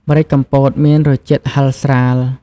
ម្រេចកំពតមានរសជាតិហិរស្រាល។